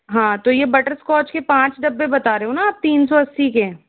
हाँ तो यह बटरस्कॉच के पाँच डब्बे बता रहे हो न तीन सौ अस्सी के